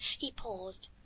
he paused,